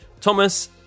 thomas